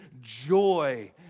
joy